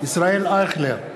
ישראל אייכלר,